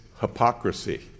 hypocrisy